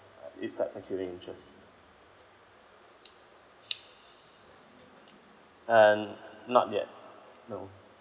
uh it's not accumulating interest um not yet no